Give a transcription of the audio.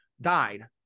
died